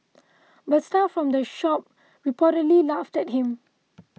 but staff from the shop reportedly laughed at him